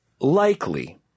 Likely